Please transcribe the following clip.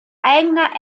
eigener